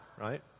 right